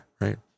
right